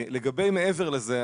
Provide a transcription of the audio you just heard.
לגבי מעבר לזה,